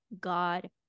God